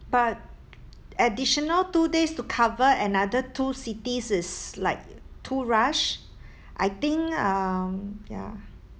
but additional two days to cover another two cities is like too rush I think um ya